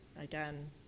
Again